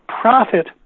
profit